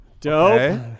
dope